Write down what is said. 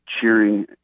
cheering